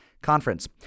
Conference